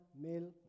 male